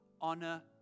Honor